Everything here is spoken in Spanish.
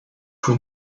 fue